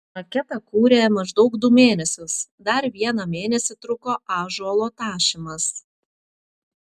maketą kūrė maždaug du mėnesius dar vieną mėnesį truko ąžuolo tašymas